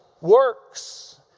works